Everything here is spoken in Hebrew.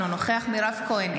אינו נוכח מירב כהן,